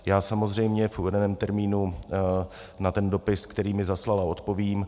Já samozřejmě v uvedeném termínu na ten dopis, který mi zaslala, odpovím.